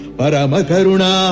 Paramakaruna